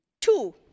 Two